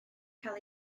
cael